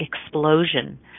explosion